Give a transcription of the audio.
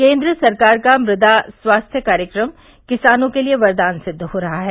केन्द्र सरकार का मृदा स्वास्थ्य कार्यक्रम किसानों के लिए वरदान सिद्ध हो रहा है